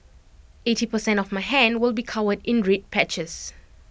eighty per cent of my hand will be covered in red patches